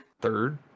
third